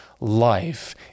life